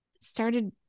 started